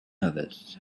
others